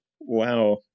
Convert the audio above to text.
Wow